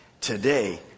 today